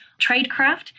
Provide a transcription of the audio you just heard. tradecraft